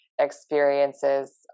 experiences